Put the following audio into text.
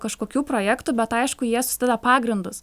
kažkokių projektų bet aišku jie susideda pagrindus